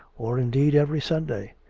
or, indeed, every sunday.